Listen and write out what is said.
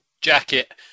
jacket